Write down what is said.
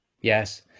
Yes